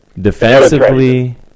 Defensively